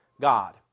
God